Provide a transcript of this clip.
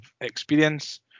experience